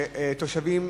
שתושבים,